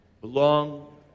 Belong